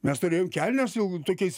mes turėjom kelnes il tokiais